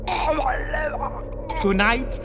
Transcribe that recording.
Tonight